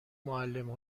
معلم